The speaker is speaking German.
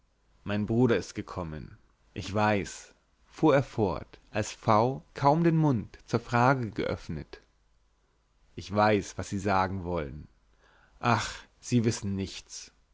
mein bruder ist gekommen ich weiß fuhr er fort als v kaum den mund zur frage geöffnet ich weiß was sie sagen wollen ach sie wissen nichts